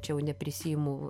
čia jau neprisiimu